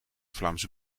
vlaamse